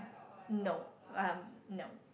no um no